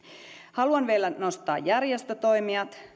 haluan vielä nostaa järjestötoimijat